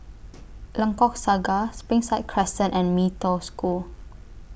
Lengkok Saga Springside Crescent and Mee Toh School